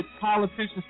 politicians